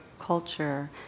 culture